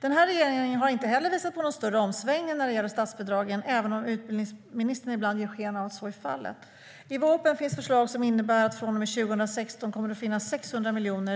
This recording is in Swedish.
Regeringen har inte heller visat på någon större omsvängning när det gäller statsbidragen, även om utbildningsministern ibland ger sken av att så är fallet. I vårpropositionen finns förslag som innebär att det från och med 2016 kommer att finnas 600 miljoner.